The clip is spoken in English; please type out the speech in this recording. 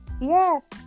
Yes